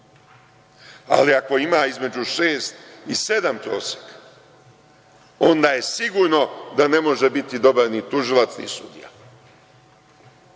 ali ako ima između šest i sedam prosek, onda je sigurno da ne može biti dobar ni tužilac ni sudija,